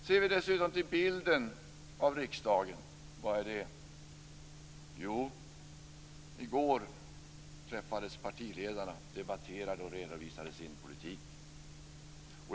Ser vi dessutom på bilden av riksdagen: Vilken är den? Jo, i går träffades partiledarna, debatterade och redovisade sin politik.